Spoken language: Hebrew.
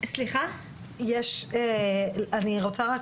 אני רוצה רק,